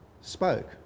spoke